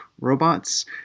Robots